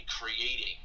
creating